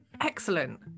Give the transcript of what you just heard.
excellent